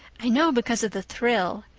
i know because of the thrill.